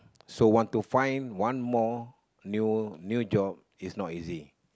so want to find one more new new job is not easy